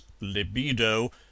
Libido